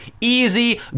easy